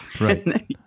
Right